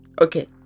Okay